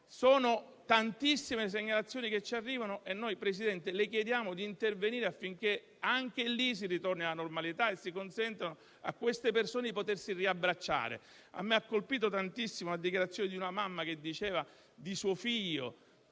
sono tantissime e noi, presidente Conte, le chiediamo di intervenire affinché anche lì si ritorni alla normalità e si consenta a queste persone di potersi riabbracciare. Mi ha colpito tantissimo la dichiarazione di una mamma che ha detto che suo figlio,